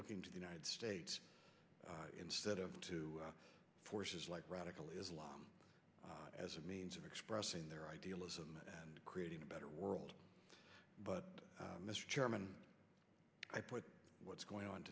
looking to the united states instead of two forces like radical islam as a means of expressing their idealism and creating a better world but mr chairman i put what's going on